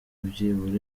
byibura